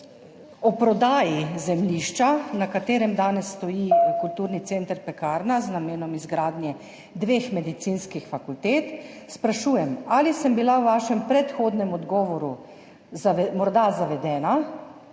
o prodaji zemljišča, na katerem danes stoji kulturni center Pekarna, z namenom izgradnje dveh medicinskih fakultet, sprašujem: Ali sem bila v vašem predhodnem odgovoru morda zavedena,